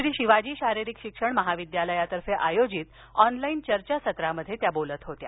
श्री शिवाजी शारीरिक शिक्षण महाविद्यालयातर्फे आयोजित ऑनलाईन चर्चासत्रामध्ये त्या बोलत होत्या